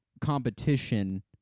competition